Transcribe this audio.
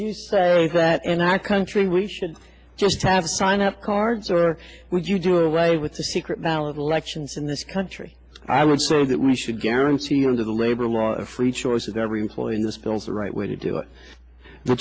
you say that in our country we should just have sign up cards or would you do away with a secret ballot elections in this country i would say that we should guarantee you under the labor law free choice of every employee in this fills a right way to do it the